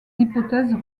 hypothèses